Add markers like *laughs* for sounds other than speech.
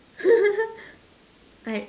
*laughs* what